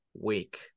week